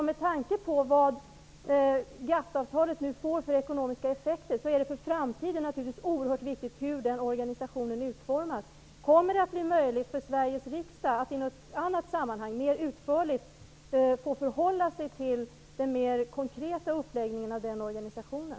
Med tanke på vad GATT-avtalet får för ekonomiska effekter är det för framtiden oerhört viktigt hur den organisationen utformas. Kommer det att bli möjligt för Sveriges riksdag att i något annat sammanhang, mer utförligt, få förhålla sig till den mera konkreta uppläggningen av organisationen?